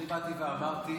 אני באתי ואמרתי